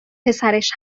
پسرش